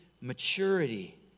maturity